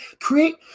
create